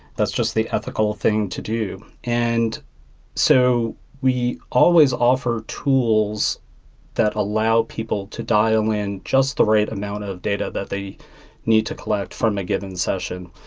that's just the ethical thing to do. and so we always offer tools that allow people to dial in just the right amount of data that they need to collect from a given session.